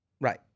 Right